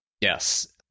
Yes